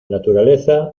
naturaleza